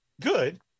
good